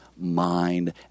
mind